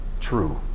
true